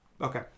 Okay